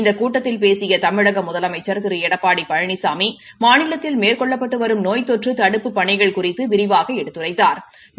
இந்த கூட்டத்தில் பேசிய தமிழக முதலமைச்சா் திரு எடப்பாடி பழனிசாமி மாநிலத்தில் மேற்கொள்ளப்பட்டு வரும் நோய் தொற்று தடுப்புப் பணிகள் குறித்து விரிவாக எடுத்துரைத்தாா்